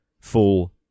full